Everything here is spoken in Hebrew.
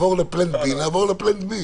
רוצים לעבור לתוכנית ב'?